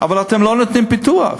אבל אתם לא נותנים פיתוח,